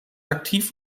aktiv